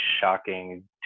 shocking